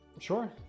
Sure